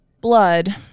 blood